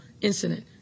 incident